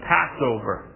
Passover